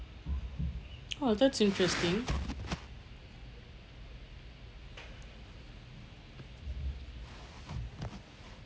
oh that's interesting